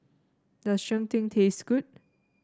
does Cheng Tng taste good